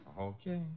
Okay